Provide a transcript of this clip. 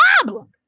problem